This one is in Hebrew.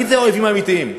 מי אלה האויבים האמיתיים?